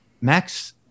Max